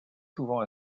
souvent